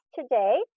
today